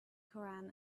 koran